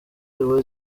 ruba